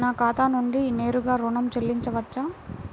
నా ఖాతా నుండి నేరుగా ఋణం చెల్లించవచ్చా?